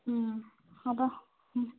മ്മ് അതാ മ്മ്